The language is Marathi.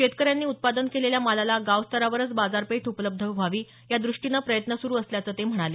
शेतकऱ्यांनी उत्पादन केलेल्या मालाला गाव स्तरावरच बाजारपेठ उपलब्ध व्हावी यादृष्टीनं प्रयत्न सुरु असल्याचं ते म्हणाले